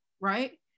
right